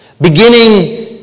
beginning